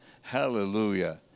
Hallelujah